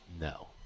No